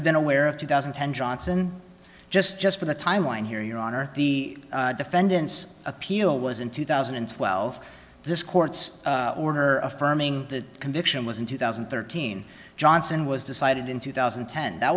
have been aware of two thousand and ten johnson just just for the timeline here your honor the defendant's appeal was in two thousand and twelve this court's order affirming the conviction was in two thousand and thirteen johnson was decided in two thousand and ten that